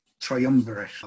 triumvirate